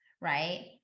right